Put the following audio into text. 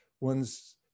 one's